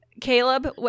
Caleb